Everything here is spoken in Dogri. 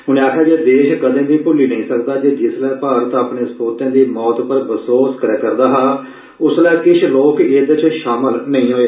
उनें आक्खेआ जे देश कदें बी भुल्ली नेइं सकदा जे जिसलै भारत अपने सपूतें दी मौत पर बसॉस करै करदा हा उसलै किश लोक एहदे च शामल नेई होए